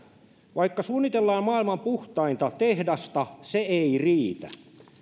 vaikka suunnitellaan maailman puhtainta tehdasta se ei riitä